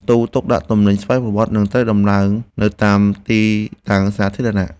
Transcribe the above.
ទូដាក់ទំនិញស្វ័យប្រវត្តិ នឹងត្រូវដំឡើងនៅតាមទីតាំងសាធារណៈ។